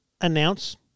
announce